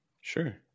sure